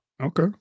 Okay